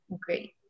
great